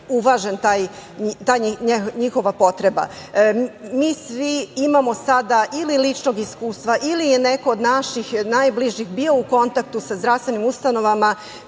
uvažena ta njihova potreba. Mi svi imamo sada ili ličnog iskustva, ili je neko od naših najbližih bio u kontaktu sa zdravstvenim ustanovama,